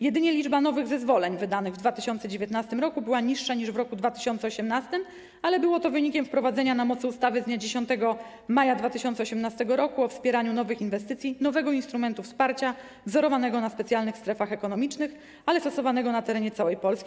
Jedynie liczba nowych zezwoleń wydanych w 2019 była niższa niż w roku 2018, ale było to wynikiem wprowadzenia na mocy ustawy z dnia 10 maja 2018 r. o wspieraniu nowych inwestycji nowego instrumentu wsparcia, wzorowanego na specjalnych strefach ekonomicznych, ale stosowanego na terenie całej Polski.